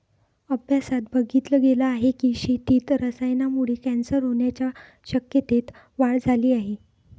अभ्यासात बघितल गेल आहे की, शेतीत रसायनांमुळे कॅन्सर होण्याच्या शक्यतेत वाढ झाली आहे